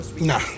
Nah